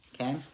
okay